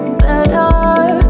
better